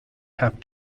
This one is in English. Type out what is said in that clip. have